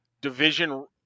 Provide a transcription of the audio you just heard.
division